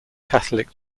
catholic